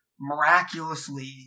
Miraculously